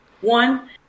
one